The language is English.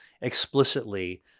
explicitly